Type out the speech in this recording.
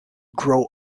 grow